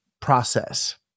process